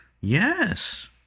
Yes